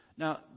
Now